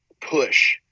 push